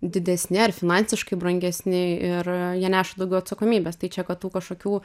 didesni ar finansiškai brangesni ir jie neša daugiau atsakomybės tai čia kad tų kažkokių